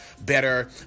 better